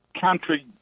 country